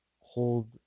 hold